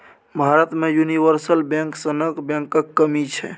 भारत मे universal bank सनक बैंकक कमी छै